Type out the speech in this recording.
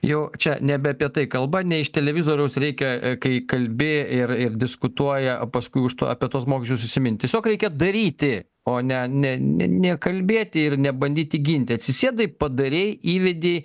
jau čia nebe apie tai kalba ne iš televizoriaus reikia kai kalbi ir ir diskutuoja o paskui už apie tuos mokesčius užsimint tiesiog reikia daryti o ne ne ne nekalbėti ir nebandyti ginti atsisėdai padarei įvedei